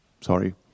sorry